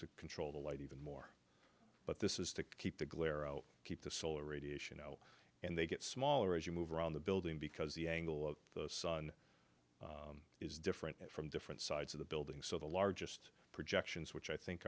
to control the light even more but this is to keep the glare oh keep the solar radiation zero and they get smaller as you move around the building because the angle of the sun is different from different sides of the building so the largest projections which i think